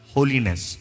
Holiness